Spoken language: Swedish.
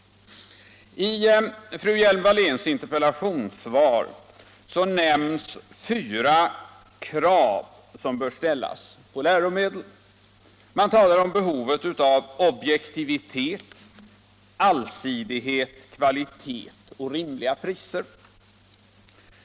I fru Hjelm-Walléns interpellationssvar nämns fyra krav som bör ställas på läromedlen: objektivitet, allsidighet, kvalitet och rimliga priser.